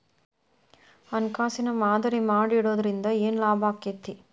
ಹಣ್ಕಾಸಿನ್ ಮಾದರಿ ಮಾಡಿಡೊದ್ರಿಂದಾ ಏನ್ ಲಾಭಾಕ್ಕೇತಿ?